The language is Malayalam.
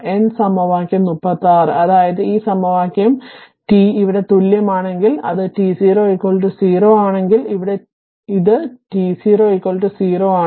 N സമവാക്യം 36 അതായത് ഈ സമവാക്യം t ഇവിടെ തുല്യമാണെങ്കിൽ അത് t0 0 ആണെങ്കിൽ ഇവിടെ അത് t0 0 ആണ്